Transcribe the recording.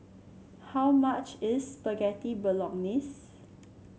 how much is Spaghetti Bolognese